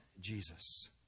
Jesus